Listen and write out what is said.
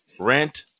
rent